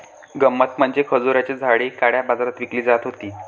गंमत म्हणजे खजुराची झाडे काळ्या बाजारात विकली जात होती